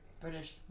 British